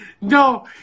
No